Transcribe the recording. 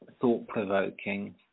thought-provoking